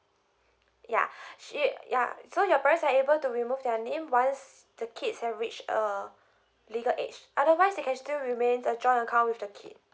yeah she yeah so your parents are able to remove their name once the kids have reached a legal age otherwise they can still remain the joint account with the kid